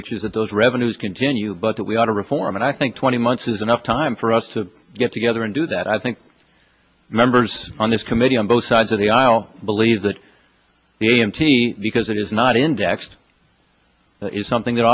which is that those revenues continue but that we ought to reform and i think twenty months is enough time for us to get together and do that i think members on this committee on both sides of the aisle believe that the a m t because it is not indexed is something that